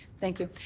thank you.